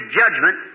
judgment